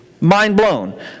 mind-blown